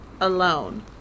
alone